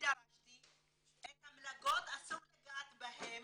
את המלגות, אסור לגעת בהן